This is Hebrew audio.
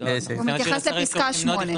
הוא מתייחס לפסקה (8).